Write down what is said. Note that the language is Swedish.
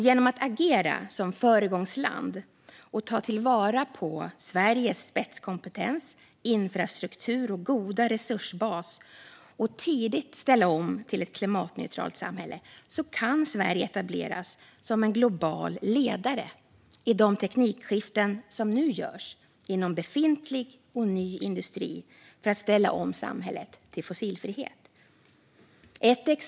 Genom att agera som föregångsland och ta till vara Sveriges spetskompetens, infrastruktur och goda resursbas och tidigt ställa om till ett klimatneutralt samhälle kan Sverige etableras som en global ledare i de teknikskiften som nu görs inom befintlig och ny industri för att ställa om samhället till fossilfrihet.